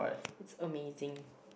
it's amazing